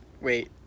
Wait